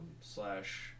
slash